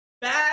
Bad